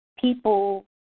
people